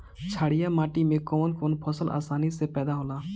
छारिया माटी मे कवन कवन फसल आसानी से पैदा होला?